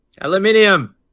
Aluminium